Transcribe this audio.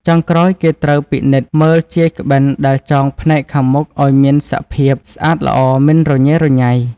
ចុងក្រោយគេត្រូវពិនិត្យមើលជាយក្បិនដែលចងផ្នែកខាងមុខឲ្យមានសភាពស្អាតល្អមិនរញ៉េរញ៉ៃ។